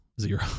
Zero